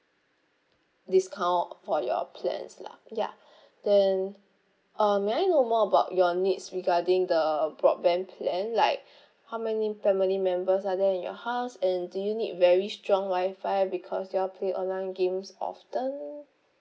discount for your plans lah ya then uh may I know more about your needs regarding the broadband plan like how many family members are there in your house and do you need very strong wi-fi because you all play online games often